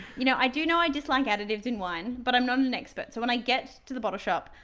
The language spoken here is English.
you know, i do know i dislike additives in wine, but i'm not an expert. so when i get to the bottle shop,